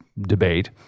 debate